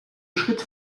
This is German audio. schritt